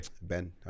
ben